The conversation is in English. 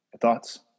Thoughts